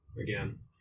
again